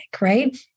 right